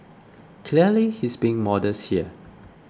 clearly he's being modest here